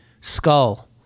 skull